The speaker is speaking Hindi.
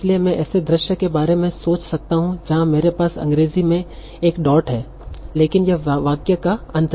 इसलिए मैं ऐसे द्रश्य के बारे में सोच सकता हूं जहां मेरे पास अंग्रेजी में एक डॉट है लेकिन वह वाक्य का अंत नहीं है